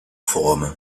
forum